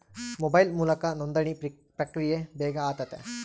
mobile ಮೂಲಕ ನೋಂದಣಿ ಪ್ರಕ್ರಿಯೆ ಬೇಗ ಆತತೆ